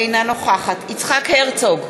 אינה נוכחת יצחק הרצוג,